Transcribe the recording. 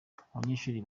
abanyeshuri